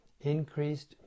increased